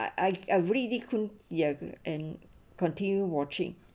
I I really could and continue watching